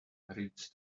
reeds